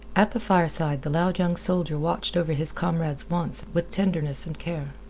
at the fireside the loud young soldier watched over his comrade's wants with tenderness and care.